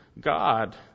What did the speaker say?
God